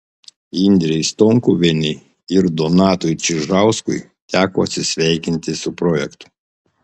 indrei stonkuvienei ir donatui čižauskui teko atsisveikinti su projektu